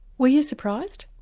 were you surprised?